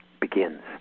begins